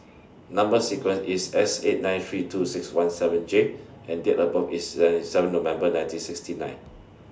Number sequence IS S eight nine three two six one seven J and Date of birth IS The seven November nineteen sixty nine